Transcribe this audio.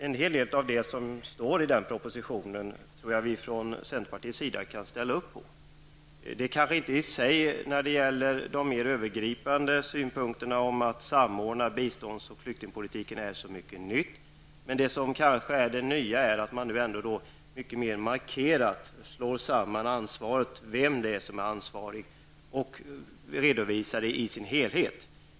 En hel del av det som står i propositionen kan vi från centerpartiets sida ställa upp på. De mer övergripande synpunkterna om att samordna bistånds och flyktingpolitiken är inte så nya. Men det nya är att man mer markerat fastslår ansvarsfrågan och redovisar den i sin helhet.